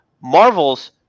Marvel's